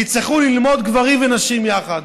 יצטרכו ללמוד גברים ונשים יחד.